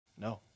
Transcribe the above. No